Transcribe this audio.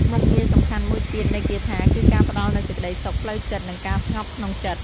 មុខងារសំខាន់មួយទៀតនៃគាថាគឺការផ្តល់នូវសេចក្តីសុខផ្លូវចិត្តនិងការស្ងប់ក្នុងចិត្ត។